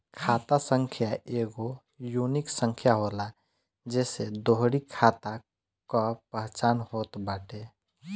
खाता संख्या एगो यूनिक संख्या होला जेसे तोहरी खाता कअ पहचान होत बाटे